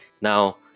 Now